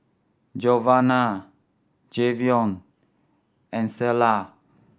Giovanna Jayvion and Clella